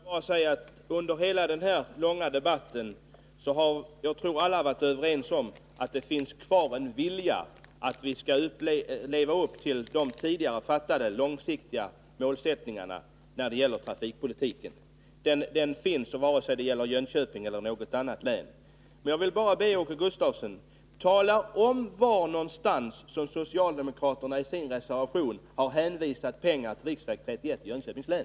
Herr talman! Under hela den här långa debatten tror jag att alla har varit överens om att viljan att leva upp till de tidigare fattade besluten om långsiktiga lösningar på trafikpolitikens område finns kvar. Det gör den antingen det gäller Jönköpings län eller något annat län. Får jag be Åke Gustavsson att tala om var i er reservation ni socialdemokrater anvisar pengar till riksväg 31 i Jönköpings län.